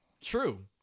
true